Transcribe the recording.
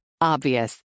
Obvious